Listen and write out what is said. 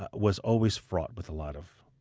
ah was always fraught with a lot of